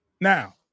Now